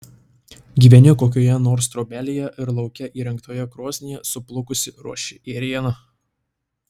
gyveni kokioje nors trobelėje ir lauke įrengtoje krosnyje suplukusi ruoši ėrieną